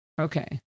Okay